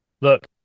look